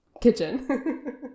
kitchen